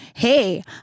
hey